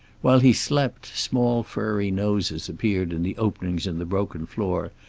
while he slept small furry noses appeared in the openings in the broken floor,